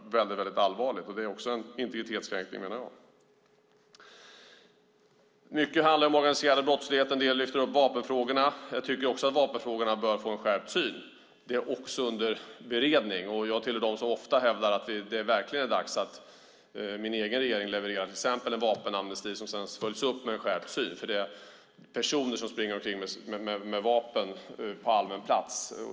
Det är allvarligt, och det är också en integritetskränkning, menar jag. Mycket handlar om den organiserade brottsligheten. Vapenfrågorna lyfts upp av en del. Jag tycker också att man bör ha en skärpt syn på vapenfrågorna. Detta är också under beredning. Jag tillhör dem som ofta hävdar att det verkligen är dags att min egen regering levererar till exempel en vapenamnesti som sedan följs upp med en skärpt syn. Det handlar om personer som springer omkring med vapen på allmän plats.